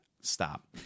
Stop